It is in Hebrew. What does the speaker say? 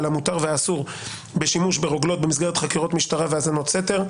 על המותר והאסור בשימוש ברוגלות במסגרת חקירות משטרה והאזנות סתר,